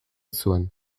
zuen